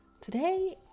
Today